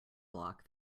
block